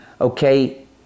okay